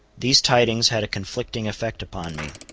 these tidings had a conflicting effect upon me.